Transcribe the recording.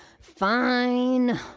Fine